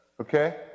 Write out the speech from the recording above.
okay